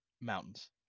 mountains